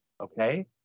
okay